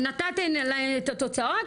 נתתם להן את התוצאות,